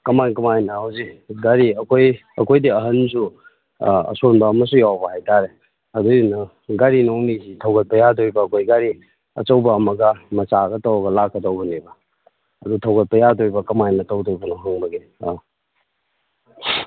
ꯀꯃꯥꯏ ꯀꯃꯥꯏꯅ ꯍꯧꯖꯤꯛ ꯒꯥꯔꯤ ꯑꯩꯈꯣꯏ ꯑꯩꯈꯣꯏꯗꯤ ꯑꯍꯟꯁꯨ ꯑꯥ ꯑꯁꯣꯟꯕ ꯑꯃꯁꯨ ꯌꯥꯎꯕ ꯍꯥꯏꯇꯥꯔꯦ ꯑꯗꯨꯒꯤꯗꯨꯅ ꯒꯥꯔꯤ ꯅꯨꯡꯂꯤꯒꯤ ꯊꯧꯒꯠꯄ ꯌꯥꯗꯣꯔꯤꯕ ꯑꯩꯈꯣꯏ ꯒꯥꯔꯤ ꯑꯆꯧꯕ ꯑꯃꯒ ꯃꯆꯥꯒ ꯇꯧꯔꯒ ꯂꯥꯛꯀꯗꯧꯕꯅꯦꯕ ꯑꯗꯨ ꯊꯧꯒꯠꯄ ꯌꯥꯗꯣꯔꯤꯕ ꯀꯃꯥꯏꯅ ꯇꯧꯗꯣꯏꯕꯅꯣ ꯍꯪꯕꯒꯤꯅꯤ ꯑꯥ